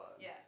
Yes